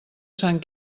sant